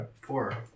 Four